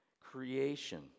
Creation